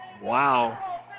Wow